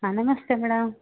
ಹಾಂ ನಮಸ್ತೇ ಮೇಡಮ್